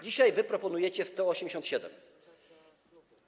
Dzisiaj wy proponujecie 187 mln.